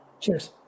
Cheers